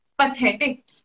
pathetic